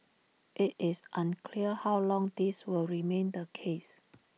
IT is unclear how long this will remain the case